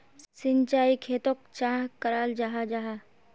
सिंचाई खेतोक चाँ कराल जाहा जाहा?